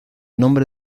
nombre